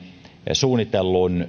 suunnitellun